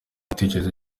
igitekerezo